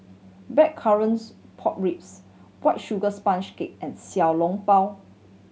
blackcurrants pork ribs White Sugar Sponge Cake and Xiao Long Bao